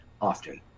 often